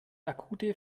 akute